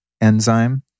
enzyme